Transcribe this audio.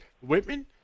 Whitman